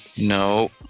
no